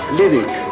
lyric